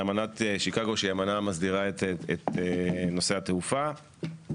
אמנת שיקגו שהיא אמנה שמסדירה את נושא התעופה,